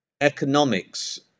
economics